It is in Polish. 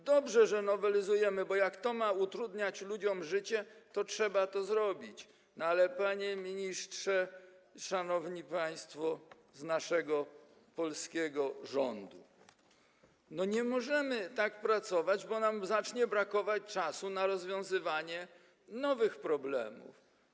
Dobrze, że nowelizujemy, bo jeśli to miałoby utrudniać ludziom życie, to trzeba to zrobić, ale panie ministrze, szanowni państwo z naszego polskiego rządu, nie możemy tak pracować, bo zacznie nam brakować czasu na rozwiązywanie nowych problemów.